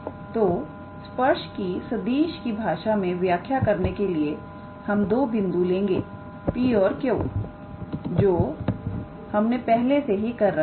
तो स्पर्श की सदिश की भाषा में व्याख्या करने के लिए हम दो बिंदु लेंगे P और Q जो हमने पहले से ही कर रखा है